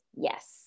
yes